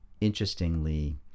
interestingly